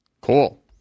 Cool